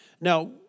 Now